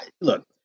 look